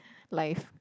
life